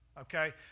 okay